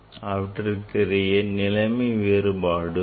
அவற்றுக்கிடையிலான நிலைமை வேறுபாடு pi